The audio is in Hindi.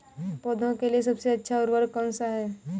पौधों के लिए सबसे अच्छा उर्वरक कौनसा हैं?